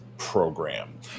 Program